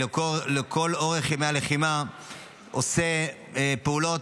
לכל אורך ימי הלחימה עושה פעולות,